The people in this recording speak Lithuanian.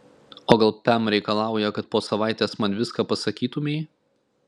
o gal pem reikalauja kad po savaitės man viską pasakytumei